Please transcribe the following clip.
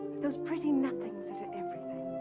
those pretty nothings that are everything.